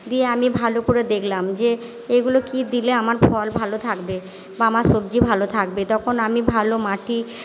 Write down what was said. দিয়ে আমি ভালো করে দেখলাম যে এগুলো কী দিলে আমার ফল ভালো থাকবে বা আমার সবজি ভালো থাকবে তখন আমি ভালো মাটি